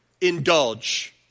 indulge